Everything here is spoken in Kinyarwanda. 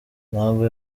ntabwo